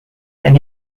and